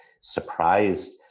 surprised